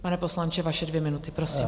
Pane poslanče, vaše dvě minuty, prosím.